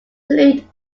played